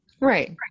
Right